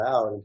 out